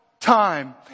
Time